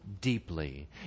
deeply